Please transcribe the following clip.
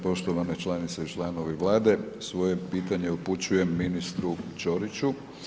Poštovane članice i članovi Vlade, svoje pitanje upućujem ministru Ćoriću.